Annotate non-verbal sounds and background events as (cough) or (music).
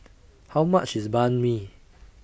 (noise) How much IS Banh MI